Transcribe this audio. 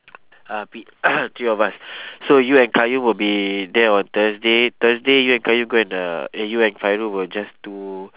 uh be three of us so you and qayyum will be there on thursday thursday you and qayyum go and uh eh you and fairul will just do